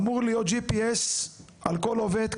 אמור להיות GPS על כל עובד,